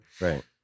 Right